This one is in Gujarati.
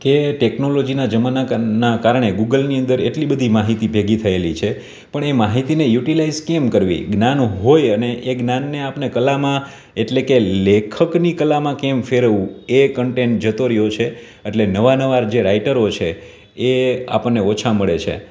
કે ટેકનોલોજીનાં જમાના ના કારણે ગૂગલની અંદર એટલી બધી માહિતી ભેગી થયેલી છે પણ એ માહિતીને યુટીલાઇઝ કેમ કરવી જ્ઞાન હોય અને એ જ્ઞાનને આપણે કળામાં એટલે કે લેખકની કળામાં કેમ ફેરવવું એ કન્ટેન જતો રહ્યો છે એટલે નવા નવા જે રાઇટરો છે એ આપણને ઓછા મળે છે